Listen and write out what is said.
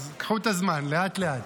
אז קחו את הזמן, לאט-לאט,